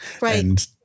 Right